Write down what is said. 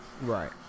Right